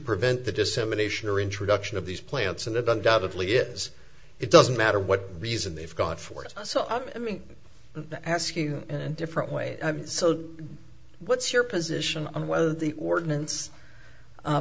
prevent the dissemination or introduction of these plants and it undoubtedly is it doesn't matter what reason they've got for it so i mean i ask you in different ways so what's your position on whether the ordinance